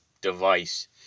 device